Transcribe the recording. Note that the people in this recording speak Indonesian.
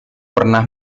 pernah